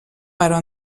però